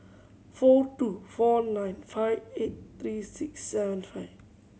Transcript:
four two four nine five eight three six seven five